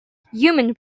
human